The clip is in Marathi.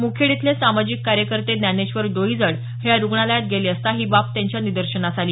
मुखेड इथले सामाजिक कार्यकर्ते ज्ञानेश्वर डोईजड हे या रुग्णालयात गेले असता ही बाब त्यांच्या निदर्शनास आली